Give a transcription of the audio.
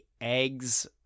eggs